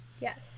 Yes